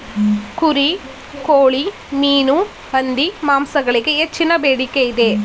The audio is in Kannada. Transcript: ಕುರಿ, ಕೋಳಿ, ಮೀನು, ಹಂದಿ ಮಾಂಸಗಳಿಗೆ ಹೆಚ್ಚಿನ ಬೇಡಿಕೆ ಇದೆ